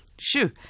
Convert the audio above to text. Shoo